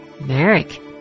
Merrick